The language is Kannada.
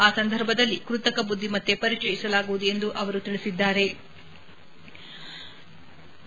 ಆ ಸಂದರ್ಭದಲ್ಲಿ ಕೃತಕ ಬುದ್ವಿಮತ್ತೆ ಪರಿಚಯಿಸಲಾಗುವುದು ಎಂದು ಅವರು ತಿಳಿಸಿದ್ಗಾರೆ